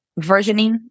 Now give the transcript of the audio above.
versioning